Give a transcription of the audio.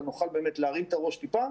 אלא נוכל באמת להרים את הראש טיפה.